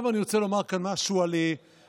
אני רוצה לומר כאן משהו על האתגר.